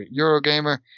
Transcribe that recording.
Eurogamer